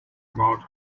about